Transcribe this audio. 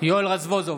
יואל רזבוזוב,